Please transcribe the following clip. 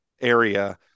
area